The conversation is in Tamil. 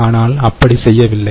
ஆனால் அப்படி செய்யவில்லை